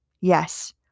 yes